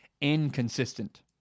inconsistent